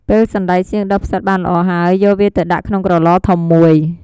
ពេលសណ្ដែកសៀងដុះផ្សិតបានល្អហើយ យកវាទៅដាក់ក្នុងក្រឡធំមួយ។